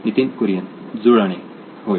नितीन कुरियन जुळणे होय